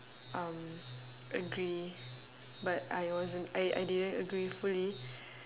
um agree but I wasn't I I didn't agree fully